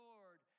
Lord